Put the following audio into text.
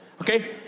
Okay